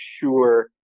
sure